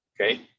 okay